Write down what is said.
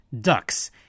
Ducks